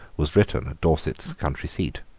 was written at dorset's country seat.